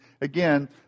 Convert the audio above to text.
again